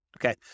Okay